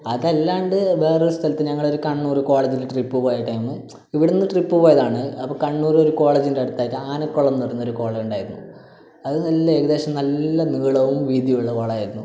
അതല്ലാണ്ട് വേറൊരു സ്ഥലത്ത് ഞങ്ങളോരു കണ്ണൂർ കോളേജിൽ ട്രിപ്പ് പോയ ടൈമ് ഇവ്ടുന്ന് ട്രിപ്പ് പോയതാണ് അപ്പം കണ്ണൂരൊരു കോളേജിൻ്റെ അടുത്തായിട്ട് ആനക്കുളം എന്ന് പറയുന്നൊരു കുളം ഉണ്ടായിരുന്നു അത് നല്ല ഏകദേശം നല്ല നീളവും വീതിയുള്ള കുളമായിരുന്നു